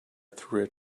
through